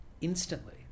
instantly